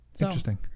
Interesting